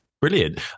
Brilliant